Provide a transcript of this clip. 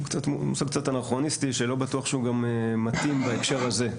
הוא קצת אנכרוניסטי ולא בטוח שהוא גם מתאים בהקשר הזה.